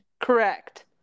Correct